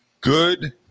Good